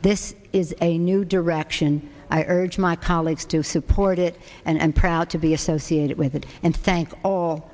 this is a new direction i urge my colleagues to support it and i'm proud to be associated with it and